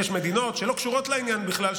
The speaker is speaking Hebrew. יש מדינות שלא קשורות לעניין בכלל,